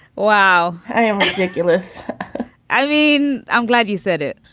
wow. nicholas. i mean, i'm glad you said it.